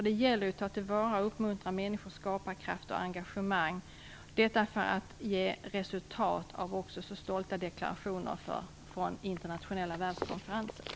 Det gäller att ta till vara och uppmuntra människors skaparkraft och engagemang. Detta också för att ge resultat av stolta deklarationer från internationella världskonferensen.